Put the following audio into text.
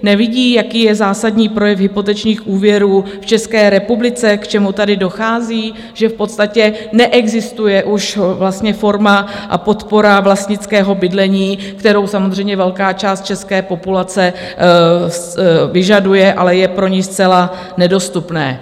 Nevidí, jaký je zásadní projev hypotečních úvěrů v České republice, k čemu tady dochází, že v podstatě neexistuje už forma a podpora vlastnického bydlení, kterou samozřejmě velká část české populace vyžaduje, ale je pro ni zcela nedostupné?